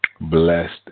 blessed